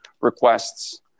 requests